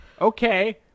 Okay